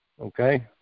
Okay